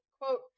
quote